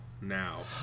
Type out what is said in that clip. now